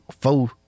four